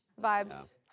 vibes